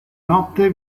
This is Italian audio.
notte